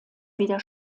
wieder